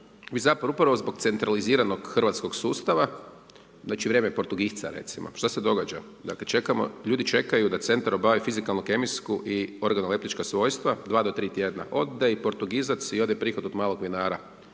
vi zapravo upravo zbog centraliziranog hrvatskog sustava, znači vrijeme portugisca recimo, što se događa, ljudi čekaju da centar obavi fizikalnu, kemijsku i …/Govornik se ne razumije./… svojstva, 2-3 tjedna ode i portugizac i ode prihod od malog vinara,